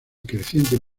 creciente